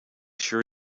sure